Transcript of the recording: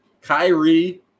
Kyrie